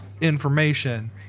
information